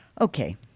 Okay